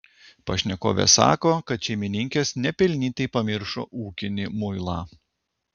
pašnekovė sako kad šeimininkės nepelnytai pamiršo ūkinį muilą